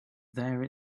there